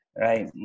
Right